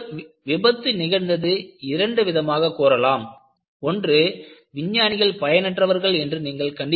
விபத்து நிகழ்ந்தது இரண்டு விதமாகக் கூறலாம் ஒன்று விஞ்ஞானிகள் பயனற்றவர்கள் என்று நீங்கள் கண்டிக்கிறீர்கள்